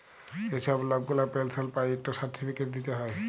যে ছব লক গুলা পেলশল পায় ইকট সার্টিফিকেট দিতে হ্যয়